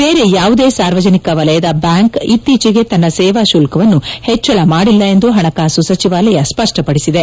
ಬೇರೆ ಯಾವುದೇ ಸಾರ್ವಜನಿಕ ವಲಯದ ಬ್ಬಾಂಕ್ ಇತ್ತೀಚೆಗೆ ತನ್ನ ಸೇವಾ ಶುಲ್ತವನ್ನು ಹೆಚ್ಚಳ ಮಾಡಿಲ್ಲ ಎಂದು ಪಣಕಾಸು ಸಚಿವಾಲಯ ಸ್ಪಪ್ಪಪಡಿಸಿದೆ